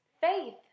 faith